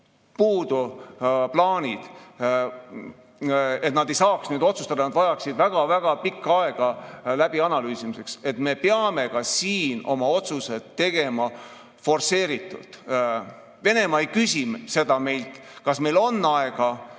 puudu plaanid, et nad ei saaks otsustada ja et nad vajaksid väga-väga pikka aega läbianalüüsimiseks. Me peame ka siin oma otsused tegema forsseeritult. Venemaa ei küsi meilt, kas meil on aega